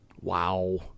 Wow